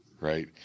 right